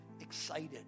excited